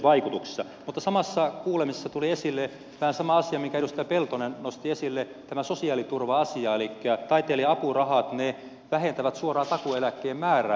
mutta samassa kuulemisessa tuli esille vähän sama asia minkä edustaja peltonen nosti esille tämä sosiaaliturva asia elikkä taiteilija apurahat vähentävät suoraan esimerkiksi takuueläkkeen määrää